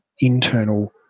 internal